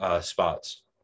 spots